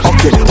Okay